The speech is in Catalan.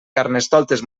carnestoltes